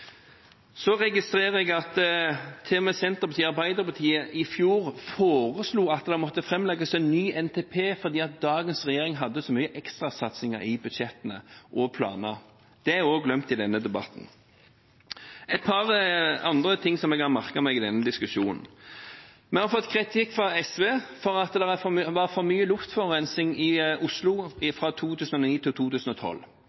Så registrerer jeg at til og med Senterpartiet og Arbeiderpartiet i fjor foreslo at det måtte framlegges en ny NTP fordi dagens regjering hadde så mye ekstrasatsinger i budsjettene – og planer. Det er også glemt i denne debatten. Et par andre ting har jeg merket meg i denne diskusjonen. Vi har fått kritikk fra SV for at det var for mye luftforurensning i Oslo fra 2009 til 2012.